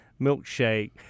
milkshake